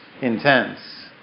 intense